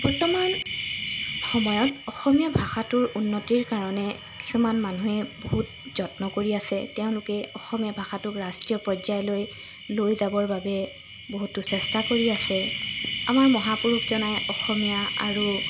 বৰ্তমান সময়ত অসমীয়া ভাষাটোৰ উন্নতিৰ কাৰণে কিছুমান মানুহে বহুত যত্ন কৰি আছে তেওঁলোকে অসমীয়া ভাষাটোক ৰাষ্ট্ৰীয় পৰ্যায়লৈ লৈ যাবৰ বাবে বহুতো চেষ্টা কৰি আছে আমাৰ মহাপুৰুষজনাই অসমীয়া আৰু